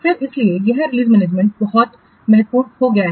फिर इसीलिए यह रिलीज मैनेजमेंट बहुत महत्वपूर्ण हो गया है